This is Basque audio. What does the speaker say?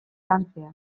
lantzea